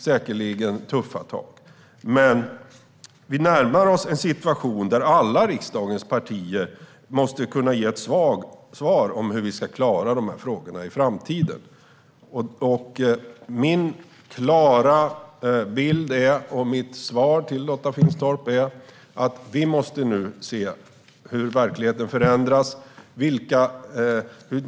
Svar på interpellationer Vi närmar oss en situation där alla riksdagens partier måste kunna ge ett svar om hur vi ska klara frågorna i framtiden. Min klara bild och mitt svar till Lotta Finstorp är att vi nu måste se hur verkligheten förändras.